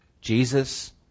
Jesus